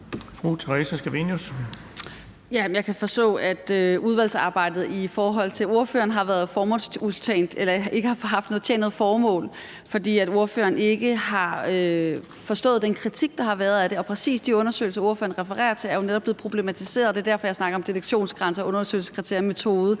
Jeg kan forstå, at udvalgsarbejdet i forhold til ordføreren ikke har tjent noget formål, fordi ordføreren ikke har forstået den kritik, der har været af det. Præcis de undersøgelser, ordføreren refererer til, er jo netop blevet problematiseret. Det er derfor, jeg snakker om detektionsgrænser, undersøgelseskriterier, metode,